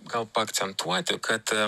gal paakcentuoti kad